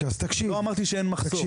לא אמרתי שאין מחסור.